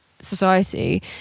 society